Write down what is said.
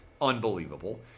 unbelievable